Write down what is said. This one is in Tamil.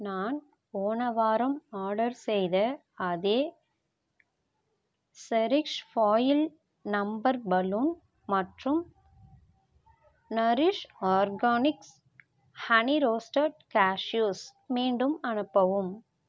நான் போன வாரம் ஆர்டர் செய்த அதே செரிஷ் ஃபாயில் நம்பர் பலூன் மற்றும் Nourish organics honey roasted cashews மீண்டும் அனுப்பவும்